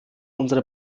unsere